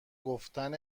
گفتن